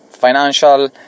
financial